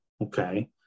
okay